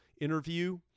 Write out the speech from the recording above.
interview